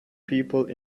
people